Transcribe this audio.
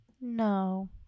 No